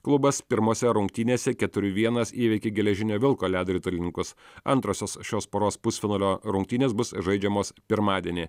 klubas pirmose rungtynėse keturi vienas įveikė geležinio vilko ledo ritulininkus antrosios šios poros pusfinalio rungtynės bus žaidžiamos pirmadienį